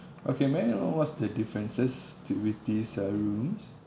okay may I know what's the differences to with these uh rooms